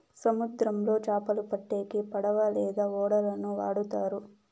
సముద్రంలో చాపలు పట్టేకి పడవ లేదా ఓడలను వాడుతారు